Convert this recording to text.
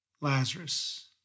Lazarus